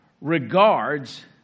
regards